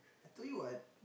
I told you what